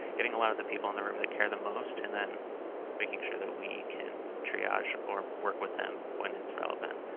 getting a lot of the people in the room that care the most and then making sure that we can triage or work with them when it's relevant.